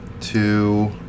Two